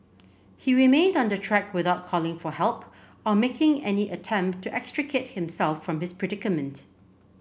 he remained on the track without calling for help or making any attempt to extricate himself from his predicament